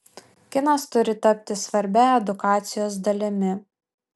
kinas turi tapti svarbia edukacijos dalimi